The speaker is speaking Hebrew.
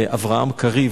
אברהם קריב,